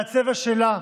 והצבע שלה,